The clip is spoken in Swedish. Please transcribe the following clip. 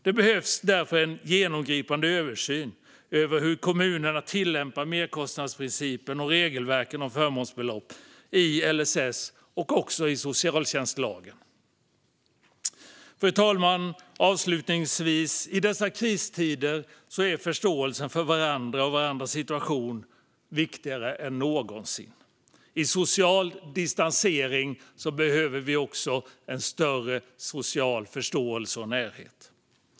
Det behövs därför en genomgripande översyn av hur kommunerna tillämpar merkostnadsprincipen och regelverken om förbehållsbelopp i LSS och socialtjänstlagen. Fru talman! I dessa kristider är förståelsen för varandra och varandras situation viktigare än någonsin. I tider av social distansering behöver vi också en större social förståelse och närhet.